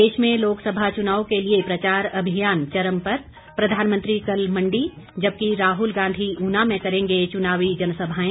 प्रदेश में लोकसभा चुनाव के लिए प्रचार अभियान चरम पर प्रधानमंत्री कल मण्डी जबकि राहुल गांधी ऊना में करेंगे चुनावी जनसभाएं